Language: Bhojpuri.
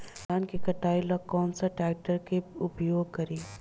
धान के कटाई ला कौन सा ट्रैक्टर के उपयोग करी?